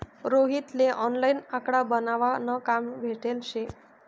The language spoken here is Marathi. रोहित ले ऑनलाईन आकडा बनावा न काम भेटेल शे